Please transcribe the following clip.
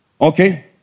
Okay